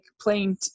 playing